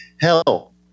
Hell